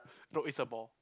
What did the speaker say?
no it's a ball